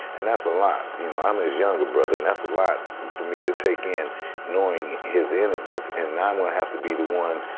and that's a lot, you know, i'm his younger brother. and that's a lot for me to take in knowing his innocence and um will have to be the one,